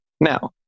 now